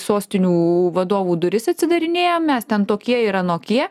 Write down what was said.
sostinių vadovų duris atsidarinėjam mes ten tokie ir anokie